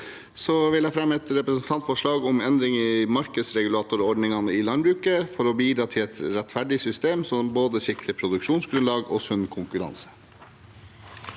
jeg fremme et representantforslag om endringer i markedsregulatorordningene i landbruket, for å bidra til et rettferdig system som både sikrer produksjonsgrunnlag og sunn konkurranse.